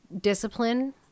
discipline